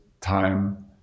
time